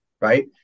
right